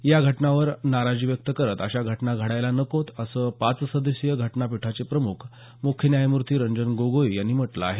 या घटनांवर नाराजी व्यक्त करत अशा घटना घडायला नकोत असं पाच सदस्यीय घटना पीठाचे प्रमुख मुख्य न्यायमुर्ती रंजन गोगोई यांनी म्हटलं आहे